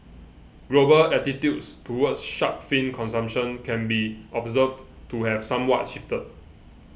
global attitudes towards shark fin consumption can be observed to have somewhat shifted